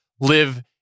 live